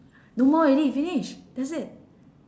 no more already finish that's it